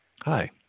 Hi